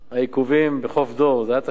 העיכובים בחוף דור, זה את אשמה.